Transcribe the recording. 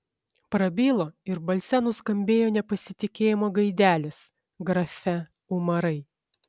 prabilo ir balse nuskambėjo nepasitikėjimo gaidelės grafe umarai